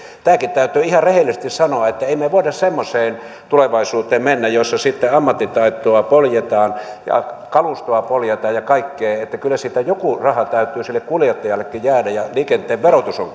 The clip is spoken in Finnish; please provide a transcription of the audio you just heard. tämäkin täytyy ihan rehellisesti sanoa että emme me me voi semmoiseen tulevaisuuteen mennä jossa ammattitaitoa poljetaan ja kalustoa poljetaan ja kaikkea ja kyllä siitä joku raha täytyy sille kuljettajallekin jäädä ja liikenteen verotus on